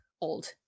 old